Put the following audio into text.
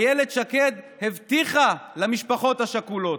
אילת שקד הבטיחה למשפחות השכולות,